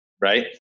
right